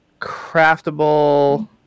craftable